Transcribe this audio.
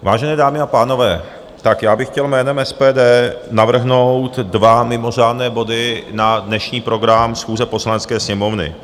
Vážené dámy a pánové, já bych chtěl jménem SPD navrhnout dva mimořádné body na dnešní program schůze Poslanecké sněmovny.